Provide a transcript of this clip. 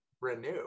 renew